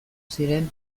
ziren